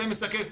זה מסכל,